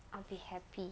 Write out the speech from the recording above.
I'll be happy